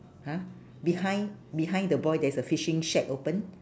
!huh! behind behind the boy there's a fishing shack open